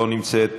לא נמצאת,